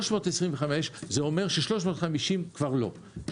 325 זה אומר ש-350 כבר לא.